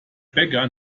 bäcker